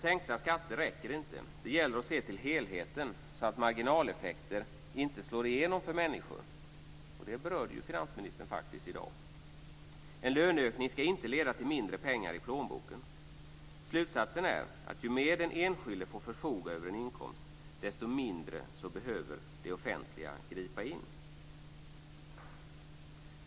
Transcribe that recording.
Sänkta skatter räcker inte. Det gäller att se till helheten, så att marginaleffekter inte slår igenom för människor, och det berörde finansministern tidigare i dag. En löneökning ska inte leda till mindre med pengar i plånboken. Slutsatsen är att ju mer den enskilde får förfoga över av en inkomst, desto mindre behöver det offentliga gripa in.